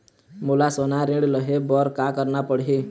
मोला सोना ऋण लहे बर का करना पड़ही?